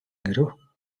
ирэв